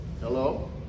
Hello